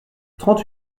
trente